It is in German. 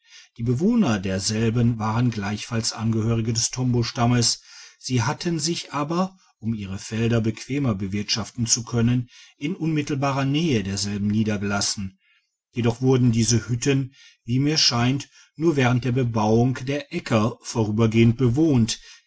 die bewohner derselben waren gleichfalls angehörige des tombostammes sie hatten sich aber um ihre felder bequemer bewirtschaften zu können in unmittelbarer nähe derselben niedergelassen jedoch wurden diese hütten wie mir scheint nur während der bebauung der aecker vorübergehend bewohnt